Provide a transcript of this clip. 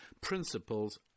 principles